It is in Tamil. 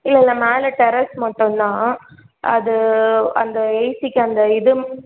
இல்லை இல்லை மேலே டெரஸ் மட்டும் தான் அது அந்த ஏசிக்கு அந்த இது